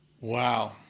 Wow